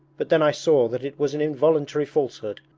but then i saw that it was an involuntary falsehood,